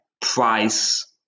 price